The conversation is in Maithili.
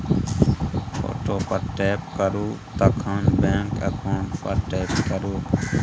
फोटो पर टैप करु तखन बैंक अकाउंट पर टैप करु